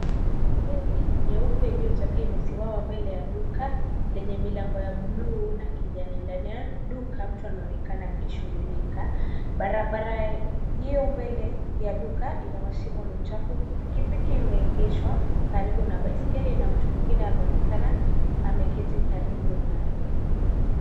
Baiskeli nyeupe iliyochakaa imesimama mbele ya duka, lenye milango ya bluu na kijani .Ndani ya duka, mtu anaonekana akishughulika. Barabara hiyo mbele ya duka ina mashimo na uchafu. Pikipiki imeegeshwa karibu na baiskeli na mtu mwingine ameonekana ameketi karibu nayo.